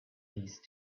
these